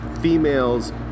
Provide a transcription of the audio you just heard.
females